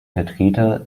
vertreter